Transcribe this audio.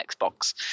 Xbox